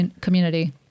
community